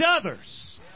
others